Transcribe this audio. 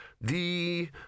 the